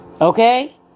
Okay